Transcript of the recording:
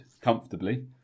comfortably